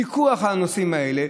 פיקוח על הנושאים האלה,